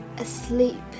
Asleep